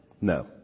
No